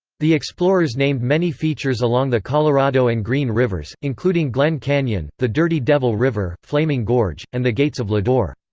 the explorers named many features along the colorado and green rivers, including glen canyon, the dirty devil river, flaming gorge, and the gates of lodore.